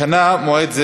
השנה, מועד זה